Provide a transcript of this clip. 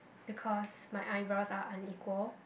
because my eyebrows are unequal